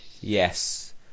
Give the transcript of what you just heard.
yes